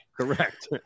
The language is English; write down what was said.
Correct